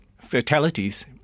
fatalities